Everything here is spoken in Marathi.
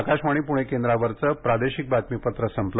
आकाशवाणी प्णे केंद्रावरचं प्रादेशिक बातमीपत्र संपलं